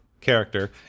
character